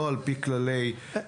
לא על פי כללי המנהל,